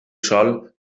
sol